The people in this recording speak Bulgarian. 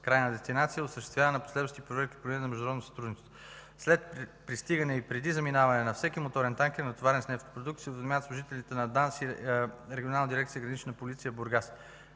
крайната дестинация, осъществяване на последващи проверки по линия на международното сътрудничество. След пристигане и преди заминаване на всеки моторен танкер, натоварен с нефтопродукти се уведомяват служителите на ДАНС и Регионална дирекция „Гранична полиция” – Бургас.